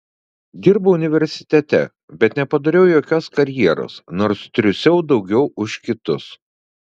dirbau universitete bet nepadariau jokios karjeros nors triūsiau daugiau už kitus